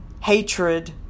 hatred